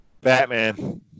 Batman